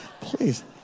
Please